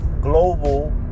global